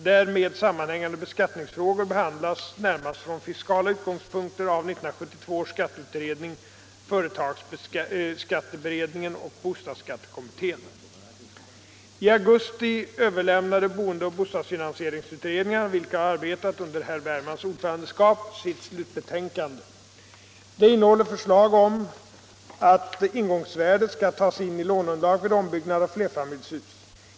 Därmed sammanhängande beskattningsfrågor behandlas — närmast från fiskala utgångspunkter — av 1972 års skatteutredning, företagsskatteberedningen och bostadsskattekommittén. I augusti överlämnade boendeoch bostadsfinansieringsutredningarna —- vilka har arbetat under herr Bergmans ordförandeskap — sitt slutbetänkande. Det innehåller förslag om att ingångsvärdet skall tas in i låneunderlaget vid ombyggnad av flerfamiljshus.